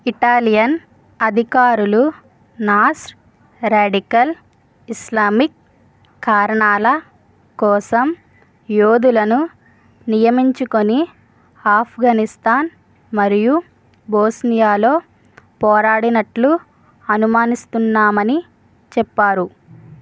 Italian అధికారులు నాస్ radical Islamic కారణాల కోసం యోధులను నియమించుకొని ఆఫ్ఘనిస్తాన్ మరియు బోస్నియాలో పోరాడినట్లు అనుమానిస్తున్నామని చెప్పారు